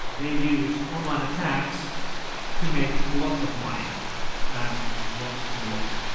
they use online attacks to make lots of money and lots and lots of it.